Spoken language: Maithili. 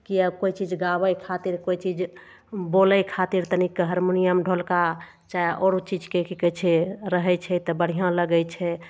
की अब कोइ चीज गाबय खातिर कोइ चीज बोलय खातिर तनिक हार्मोनियम ढोलक चाहे औरो चीजके की कहय छै रहय छै तऽ बढ़िआँ लागय छै